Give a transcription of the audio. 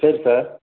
சரி சார்